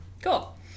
Cool